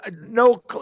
no